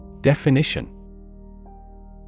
Definition